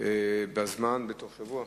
בתוך שבוע.